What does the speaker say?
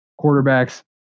quarterbacks